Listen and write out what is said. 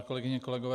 Kolegyně, kolegové.